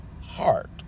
heart